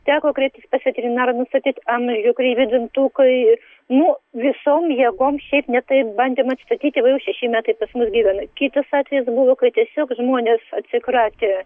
teko kreiptis pas veterinarą nustatyti amžių kreivi dantukai nu visom jėgom šiaip ne taip bandėme atstatyti va jau šešeri metai pas mus gyvena kitas atvejis buvo kai tiesiog žmonės atsikratė